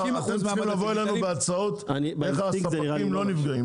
אתם צריכים לבוא אלינו בהצעות איך הספקים הקטנים לא נפגעים.